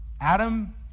Adam